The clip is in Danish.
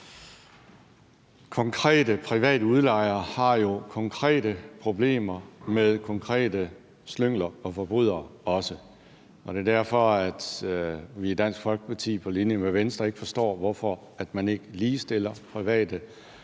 Konkrete private udlejere har jo konkrete problemer med konkrete slyngler og forbrydere også, og det er derfor, at vi i Dansk Folkeparti på linje med Venstre ikke forstår, hvorfor man ikke ligestiller private udlejere,